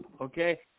Okay